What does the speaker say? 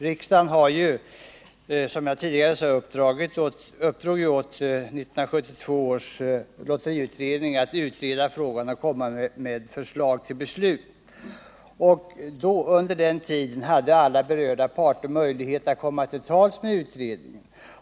Riksdagen uppdrog som sagi åt 1972 års lotteriutredning att utreda frågan och komma med förslag till beslut. Under utredningstiden hade alla berörda parter möjlighet att komma till tals med utredningen.